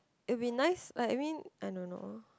it'll be nice like I mean I don't know